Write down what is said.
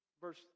verse